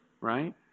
Right